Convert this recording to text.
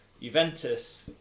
Juventus